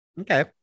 Okay